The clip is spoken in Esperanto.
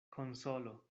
konsolo